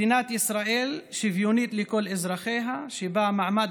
מדינת ישראל שוויונית לכל אזרחיה שבה מעמד